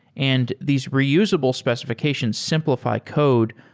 and these reusable specifi cations simplify code,